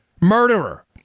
murderer